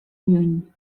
lluny